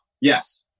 yes